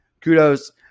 kudos